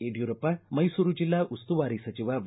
ಯಡಿಯೂರಪ್ಪ ಮೈಸೂರು ಜಿಲ್ಲಾ ಉಸ್ತುವಾರಿ ಸಚಿವ ವಿ